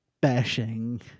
bashing